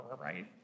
right